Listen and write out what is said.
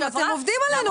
אתם עובדים עלינו כאן.